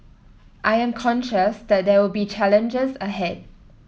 I am conscious that there will be challenges ahead